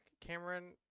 Cameron